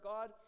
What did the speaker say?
God